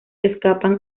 escapan